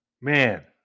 man